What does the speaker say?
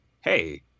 hey